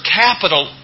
capital